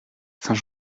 saint